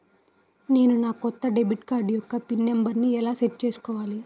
నేను నా కొత్త డెబిట్ కార్డ్ యెక్క పిన్ నెంబర్ని ఎలా సెట్ చేసుకోవాలి?